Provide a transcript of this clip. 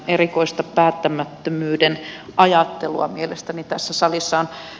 erikoista päättämättömyyden ajattelua mielestäni tässä salissa on